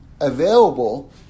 available